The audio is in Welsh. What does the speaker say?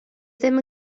ddim